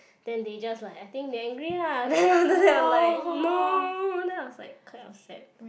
then they just like I think they angry ah then after that I'm like no then I was like kind of sad